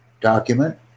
document